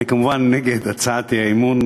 אני כמובן נגד הצעת האי-אמון.